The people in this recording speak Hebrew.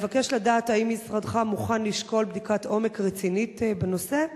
אבקש לדעת אם משרדך מוכן לשקול בדיקת עומק רצינית בנושא,